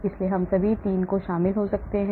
इसलिए हम सभी 3 शामिल हो सकते हैं